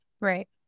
Right